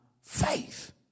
faith